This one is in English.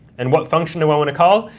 and what function do i want to call?